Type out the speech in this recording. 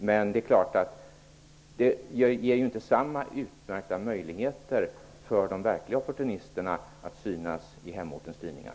Men det ger ju inte samma utmärkta möjligheter för de verkliga oportunisterna att synas i hemortens tidningar.